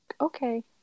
Okay